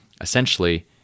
essentially